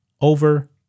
over